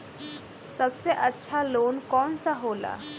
सबसे अच्छा लोन कौन सा होला?